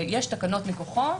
ויש תקנות מכוחו,